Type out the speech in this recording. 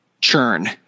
churn